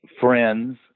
friends